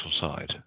side